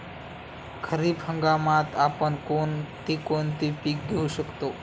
खरीप हंगामात आपण कोणती कोणती पीक घेऊ शकतो?